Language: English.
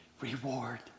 reward